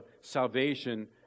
salvation